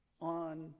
on